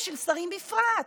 ושל שרים בפרט.